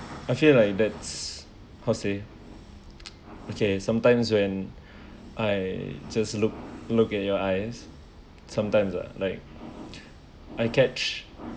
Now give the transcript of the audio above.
I feel like that's how to say okay sometimes when I just look look at your eyes sometimes lah like I catch